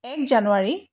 এক জানুৱাৰী